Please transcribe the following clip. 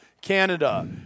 Canada